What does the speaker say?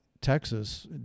Texas